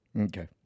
Okay